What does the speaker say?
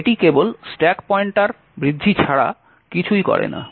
এটি কেবল stack pointer বৃদ্ধি ছাড়া কিছুই করে না